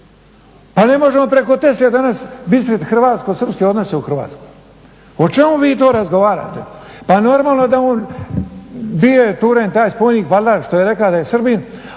Pa ne možemo preko Tesle bistriti hrvatsko srpske odnose u Hrvatskoj. O čemu vi to razgovarate, pa normalno je da on je bio turen taj spomenik valjda što je rekao da je Srbin,